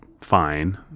fine